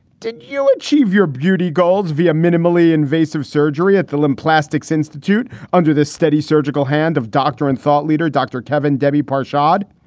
did you achieve your beauty goals via minimally invasive surgery at the limb plastics institute under the steady surgical hand of doctor and thought leader dr. kevin debi part shahd?